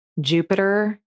Jupiter